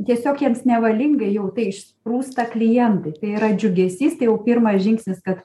tiesiog jiems nevalingai jau tai išsprūsta klientai tai yra džiugesys tai jau pirmas žingsnis kad